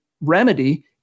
remedy